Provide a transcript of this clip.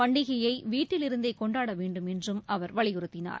பண்டிகையைவீட்டில் இருந்தேகொண்டாடவேண்டும் என்றும் அவர் வலியுறுத்தினார்